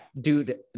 dude